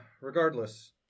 Regardless